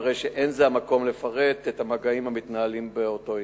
הרי שאין זה המקום לפרט את המגעים המתנהלים באותו עניין.